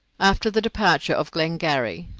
after the departure of glengarry,